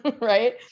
right